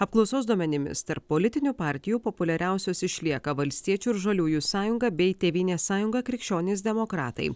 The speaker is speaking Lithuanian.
apklausos duomenimis tarp politinių partijų populiariausios išlieka valstiečių ir žaliųjų sąjunga bei tėvynės sąjunga krikščionys demokratai